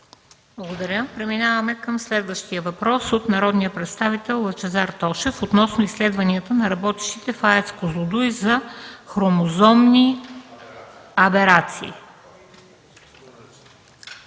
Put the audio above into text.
Благодаря. Преминаваме към следващия въпрос от народния представител Лъчезар Тошев относно изследвания на работещите в АЕЦ „Козлодуй” за хромозомни аберации.